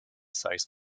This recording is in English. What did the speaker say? size